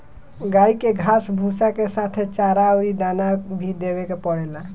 गाई के घास भूसा के साथे चारा अउरी दाना भी देवे के पड़ेला